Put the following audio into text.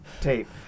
tape